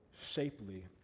shapely